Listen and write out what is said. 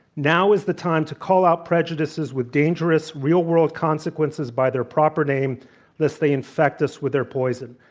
now is the time to call out prejudices with dangerous, real-world consequences by their proper name lest they insect us with their poison.